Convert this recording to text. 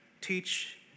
teach